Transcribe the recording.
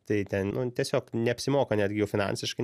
tai ten nu tiesiog neapsimoka netgi finansiškai